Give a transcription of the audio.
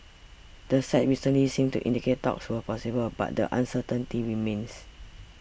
the sides recently seemed to indicate talks were possible but the uncertainty remains